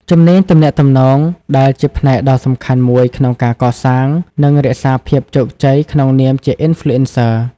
ជំនាញទំនាក់ទំនង ដែលជាផ្នែកដ៏សំខាន់មួយក្នុងការកសាង និងរក្សាភាពជោគជ័យក្នុងនាមជា Influencer។